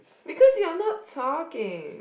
because you are not talking